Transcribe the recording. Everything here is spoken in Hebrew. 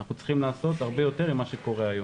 אנחנו צריכים לעשות הרבה יותר ממה שקורה היום.